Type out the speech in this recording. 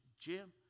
Jim